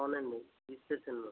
అవునండి ఈ స్టేషన్లో